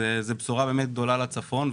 זו בשורה גדולה לצפון.